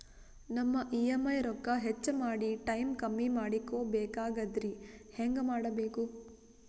ನಮ್ಮ ಇ.ಎಂ.ಐ ರೊಕ್ಕ ಹೆಚ್ಚ ಮಾಡಿ ಟೈಮ್ ಕಮ್ಮಿ ಮಾಡಿಕೊ ಬೆಕಾಗ್ಯದ್ರಿ ಹೆಂಗ ಮಾಡಬೇಕು?